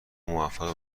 موفق